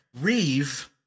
Reeve